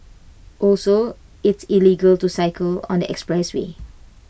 also it's illegal to cycle on the expressway